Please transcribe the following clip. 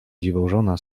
dziwożona